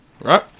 right